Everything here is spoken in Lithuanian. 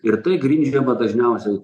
ir tai grindžiama dažniausiai